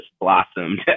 blossomed